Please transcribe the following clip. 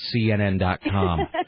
cnn.com